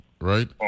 right